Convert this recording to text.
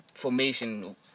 formation